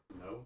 No